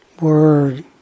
word